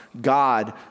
God